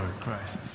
Christ